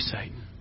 Satan